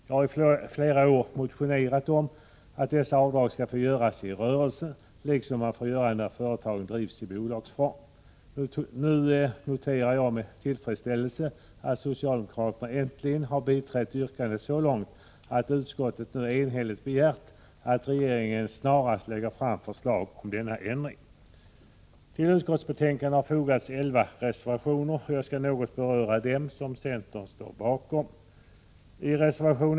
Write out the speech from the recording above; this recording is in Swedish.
Jag har flera år motionerat om att dessa avdrag skall få göras i rörelsen, liksom man får göra när företagen drivs i bolagsform. Nu noterar jag med tillfredsställelse att socialdemokraterna äntligen har biträtt yrkandet så långt, att utskottet enhälligt begärt att regeringen snarast lägger fram förslag om denna ändring. Till utskottsbetänkandet har fogats elva reservationer, och jag skall något beröra dem som centern står bakom.